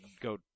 go